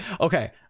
okay